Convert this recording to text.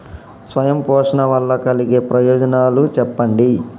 స్వయం పోషణ వల్ల కలిగే ప్రయోజనాలు చెప్పండి?